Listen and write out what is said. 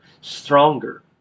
stronger